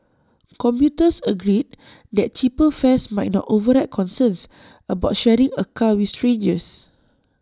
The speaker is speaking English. commuters agreed that cheaper fares might not override concerns about sharing A car with strangers